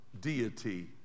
deity